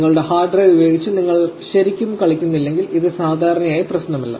നിങ്ങളുടെ hard drive ഉപയോഗിച്ച് നിങ്ങൾ ശരിക്കും കളിക്കുന്നില്ലെങ്കിൽ ഇത് സാധാരണയായി പ്രശ്നമല്ല